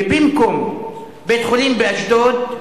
ובמקום בית-חולים באשדוד,